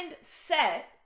set